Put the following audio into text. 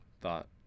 thought